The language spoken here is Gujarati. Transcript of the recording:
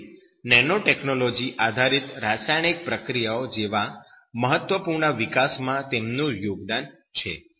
તેથી નેનો ટેકનોલોજી આધારિત રાસાયણિક પ્રક્રિયાઓ જેવા મહત્વપૂર્ણ વિકાસ માં તેમનું યોગદાન છે